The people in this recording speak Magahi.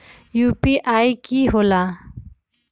यू.पी.आई कि होला?